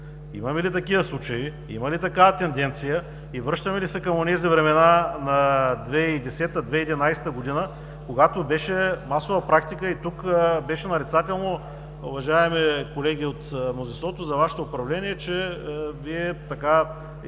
имаме ли такива случаи, има ли такава тенденция и връщаме ли се към онези времена на 2010 – 2011 г., когато беше масова практика и тук беше нарицателно, уважаеми колеги от мнозинството, за Вашето управление, че основната